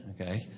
okay